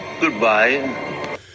goodbye